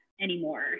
anymore